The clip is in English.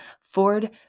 Ford